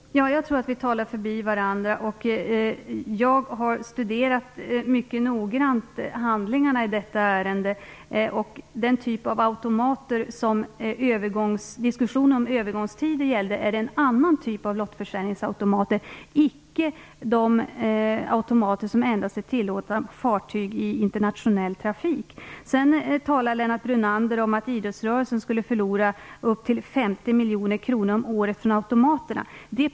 Fru talman! Jag tror att vi talar förbi varandra. Jag har studerat handlingarna i detta ärende mycket noggrant. Den typ av automater som diskussionen om övergångstiden gällde är en annan typ av lottförsäljningsautomater, inte de automater som endast är tilllåtna på fartyg i internationell trafik. Sedan talar Lennart Brunander om att idrottsrörelsen skulle förlora upp till 50 miljoner kronor om året om automaterna försvinner.